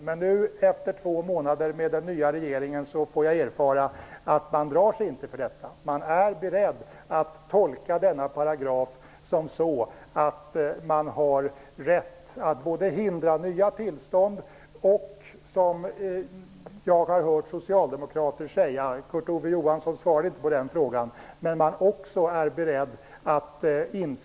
Men nu efter två månader med den nya regeringen får jag erfara att den inte drar sig för detta. Den är beredd att tolka denna paragraf så att man har rätt att både hindra nya tillstånd och att inskrida mot redan beviljade tillstånd, som jag har hört socialdemokrater säga.